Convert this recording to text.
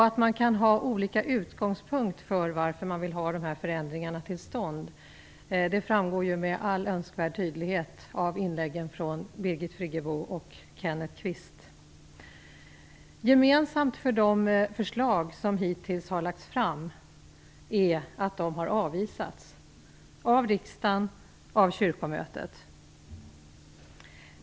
Att man kan ha olika utgångspunkt för varför man vill få de här förändringarna till stånd framgår med all önskvärd tydlighet av inläggen från Gemensamt för de förslag som hittills har lagts fram är att de har avvisats, av riksdagen och av kyrkomötet.